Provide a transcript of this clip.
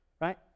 right